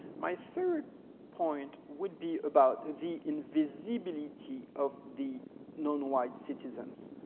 my third point would be about the invisibility of the nonwhite citizens.